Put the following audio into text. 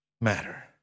matter